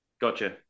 gotcha